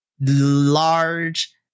large